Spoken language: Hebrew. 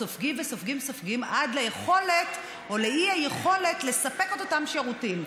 סופגים וסופגים וסופגים עד לאי-יכולת לספק את אותם שירותים.